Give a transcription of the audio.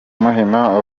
muhima